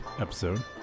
episode